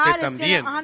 también